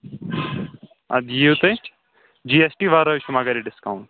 اَدٕ یِیِو تُہۍ جی ایس ٹی وَرٲے چھُ یہِ ڈِسکَاوُنٹ